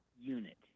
unit